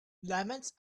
lemons